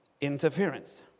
interference